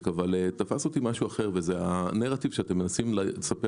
אבל תפס אותי משהו אחר וזה הנרטיב שאתם מנסים לספר